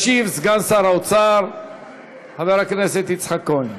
ישיב סגן שר האוצר חבר הכנסת יצחק כהן.